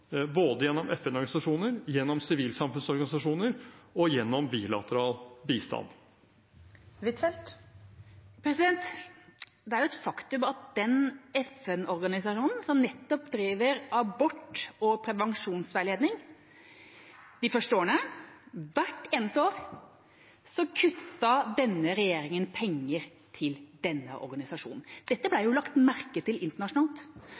gjennom FN-organisasjoner, gjennom sivilsamfunnsorganisasjoner og gjennom bilateral bistand. Det er jo et faktum at denne regjeringa hvert eneste år de første årene kuttet penger til den FN-organisasjonen som nettopp driver abort- og prevensjonsveiledning. Dette ble lagt merke til internasjonalt. Så